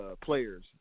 players